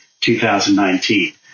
2019